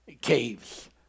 caves